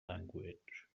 language